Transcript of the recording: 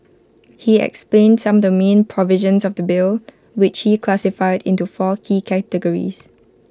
he explained some the main provisions of the bill which he classified into four key categories